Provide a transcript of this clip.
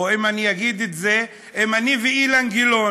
או אם אני ואילן גילאון